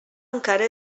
encara